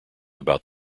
about